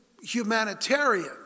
humanitarian